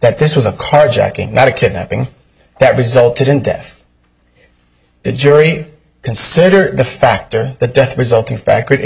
that this was a carjacking not a kidnapping that resulted in death the jury consider the factor the death resulting fac